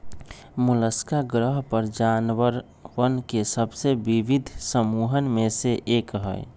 Mollusca ग्रह पर जानवरवन के सबसे विविध समूहन में से एक हई